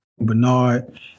Bernard